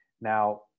Now